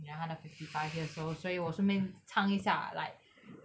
ya 他的 fifty five years old 所以我顺便唱一下 like